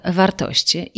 wartości